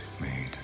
made